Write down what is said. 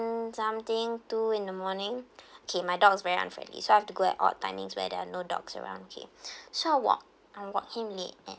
something two in the morning okay my dog is very unfriendly so I have to go at odd timings where there are no dogs around okay so I walked I walked him late at